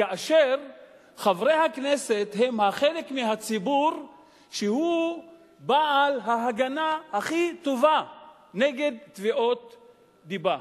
כאשר חברי הכנסת הם חלק מהציבור בעל ההגנה הכי טובה נגד תביעות דיבה.